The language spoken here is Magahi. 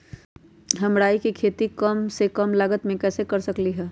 हम राई के खेती कम से कम लागत में कैसे कर सकली ह?